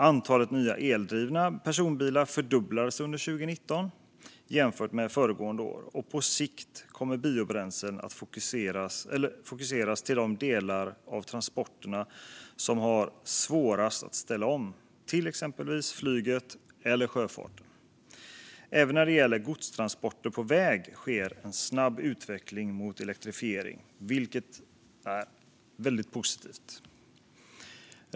Antalet nya eldrivna personbilar fördubblades under 2019 jämfört med föregående år, och på sikt kommer biobränslen att fokuseras till de delar av transporterna som har svårast att ställa om, exempelvis flyget och sjöfarten. Även när det gäller godstransporter på väg sker en snabb utveckling mot elektrifiering, vilket är positivt.